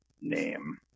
name